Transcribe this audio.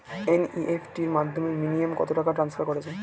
NEFT র মাধ্যমে minimum কত টাকা ট্রান্সফার করা যায়?